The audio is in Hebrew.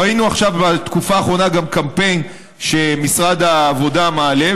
ראינו עכשיו בתקופה האחרונה גם קמפיין שמשרד העבודה מעלה,